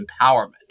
empowerment